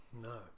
No